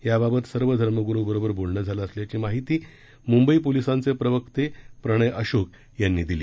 याबाबत सर्व धर्मगुरू बरोबर बोलणं झालं असल्याची माहिती मुंबई पोलिसांचे प्रवक्ते प्रणय अशोक यांनी दिली